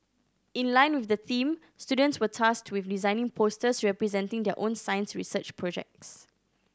in line with the theme students were tasked with designing posters representing their own science research projects